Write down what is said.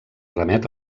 remet